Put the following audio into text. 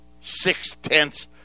Six-tenths